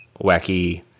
wacky